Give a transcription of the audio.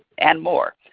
and more.